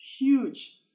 huge